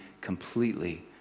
completely